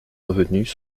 revenus